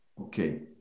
Okay